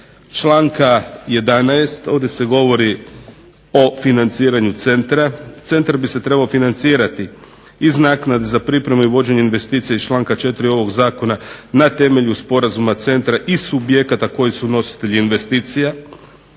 članka 11. ovdje se govori o financiranju centra. Centar bi se trebao financirati iz naknade za pripremu i vođenje investicija iz članka 4. ovog zakona na temelju sporazuma centra i subjekata koji su nositelji investicija.